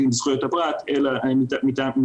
תאמין לי שלא הייתה לי